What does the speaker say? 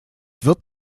wird